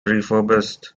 refurbished